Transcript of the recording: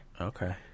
Okay